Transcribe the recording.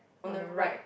on the right